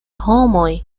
homoj